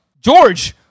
George